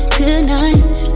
tonight